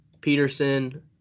Peterson